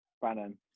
Brandon